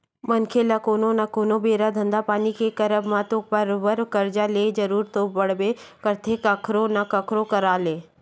मनखे ल कोनो न कोनो बेरा धंधा पानी के करब म तो बरोबर करजा लेके जरुरत तो पड़बे करथे कखरो न कखरो करा ले